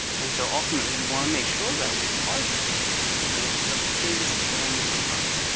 and so ultimately, we want to make sure that we target you know the biggest bang for buck,